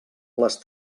les